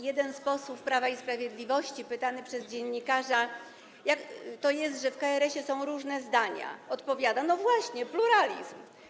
Jeden z posłów Prawa i Sprawiedliwości pytany przez dziennikarza, jak to jest, że w KRS-ie są różne zdania, odpowiada: No właśnie, pluralizm.